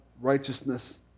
righteousness